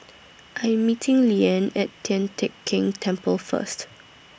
I Am meeting Leanne At Tian Teck Keng Temple First